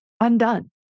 undone